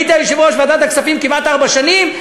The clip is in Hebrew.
היית יושב-ראש ועדת הכספים כמעט ארבע שנים,